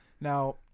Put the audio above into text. Now